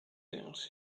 things